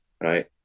right